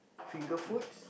finger foods